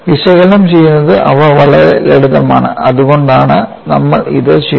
വിശകലനം ചെയ്യുന്നത് അവ വളരെ ലളിതമാണ് അതുകൊണ്ടാണ് നമ്മൾ ഇത് ചെയ്യുന്നത്